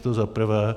To za prvé.